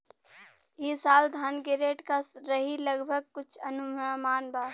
ई साल धान के रेट का रही लगभग कुछ अनुमान बा?